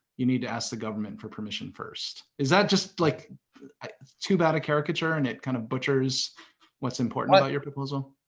you need to ask the government for permission first. is that just like too bad a caricature and it kind of butchers what's important about your proposal?